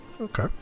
okay